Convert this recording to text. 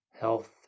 Health